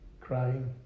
crying